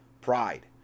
pride